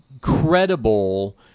credible